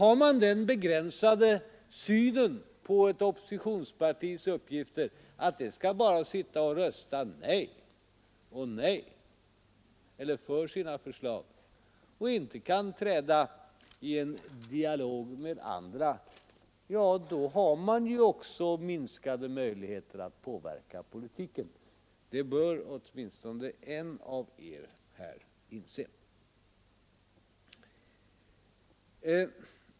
Om man har den begränsade synen på ett oppositionspartis uppgifter, att det bara skall rösta nej, eller bara rösta för sina egna förslag och inte träda i dialog med andra, då har man små möjligheter att påverka politiken. Detta bör åtminstone en av er här inse.